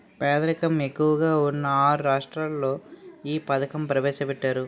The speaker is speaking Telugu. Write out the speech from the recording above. పేదరికం ఎక్కువగా ఉన్న ఆరు రాష్ట్రాల్లో ఈ పథకం ప్రవేశపెట్టారు